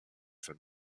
for